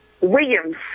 Williams